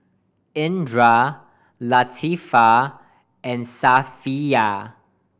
Indra Latifa and Safiya